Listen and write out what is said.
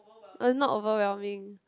uh not overwhelming